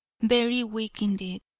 very weak indeed.